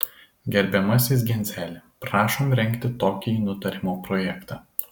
gerbiamasis genzeli prašom rengti tokį nutarimo projektą